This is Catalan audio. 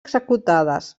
executades